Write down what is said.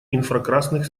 инфракрасных